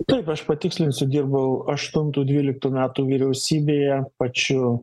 taip aš patikslinsiu dirbau aštuntų dvyliktų metų vyriausybėje pačiu